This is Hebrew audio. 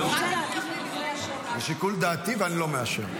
זה לשיקול דעתי, ואני לא מאשר.